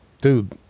dude